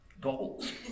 Goals